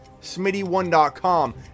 smitty1.com